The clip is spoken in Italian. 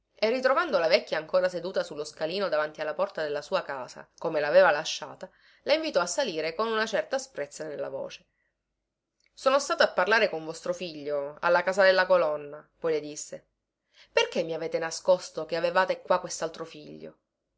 e ritrovando la vecchia ancora seduta su lo scalino davanti alla porta della sua casa come laveva lasciata la invitò a salire con una certa asprezza nella voce sono stato a parlare con vostro figlio alla casa della colonna poi le disse perché mi avete nascosto che avevate qua questaltro figlio